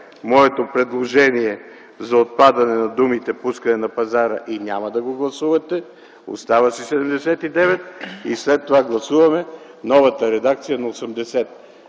моето предложение за отпадане на думите „пускане на пазара” и няма да го гласувате, чл. 79 си остава. След това гласуваме новата редакция на чл.